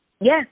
Yes